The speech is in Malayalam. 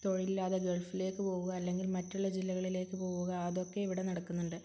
തൊഴിലില്ലാതെ ഗൾഫിലേക്ക് പോവുക അല്ലെങ്കിൽ മറ്റുള്ള ജില്ലകളിലേക്ക് പോവുക അതൊക്കെ ഇവിടെ നടക്കുന്നുണ്ട്